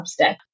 Substack